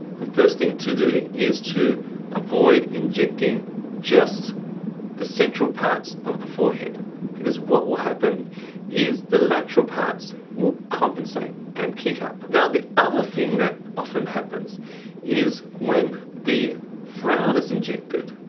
the first thing to do, is to avoid injecting just the central parts of the forehead because what will happen is the lateral parts will compensate and keep up. now the other thing that often happens is when the frown is injected.